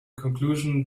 conclusion